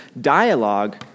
dialogue